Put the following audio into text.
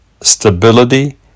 stability